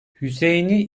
hüseyni